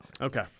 Okay